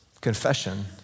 Confession